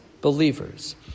believers